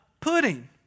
pudding